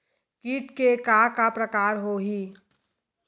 कीट के का का प्रकार हो होही?